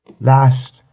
last